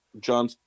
John